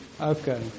Okay